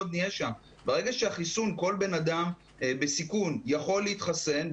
נהיה שם ברגע שכל בן אדם בסיכון יכול להתחסן,